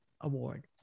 award